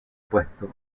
puestos